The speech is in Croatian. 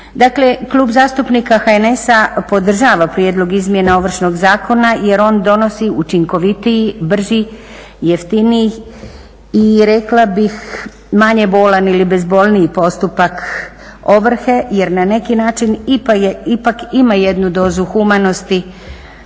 Klub zastupnika HNS-a podržava prijedlog izmjena Ovršnog zakona jer on donosi učinkovitiji, brži, jeftiniji i rekla bih manje bolan ili bezbolniji postupak ovrhe jer na neki način ipak ima jednu dozu humanosti,